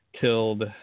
killed